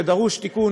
שדרוש תיקון,